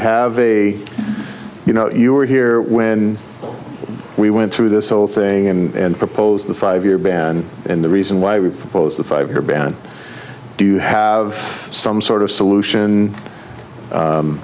have a you know you were here when we went through this whole thing and proposed the five year ban and the reason why we proposed a five year ban and do have some sort of solution